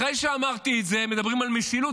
אחרי שאמרתי את זה, מדברים על משילות?